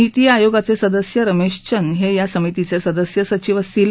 नीती आयोगाचे सदस्य रमेश चंद हे या समितीचे सदस्य सचीव असतील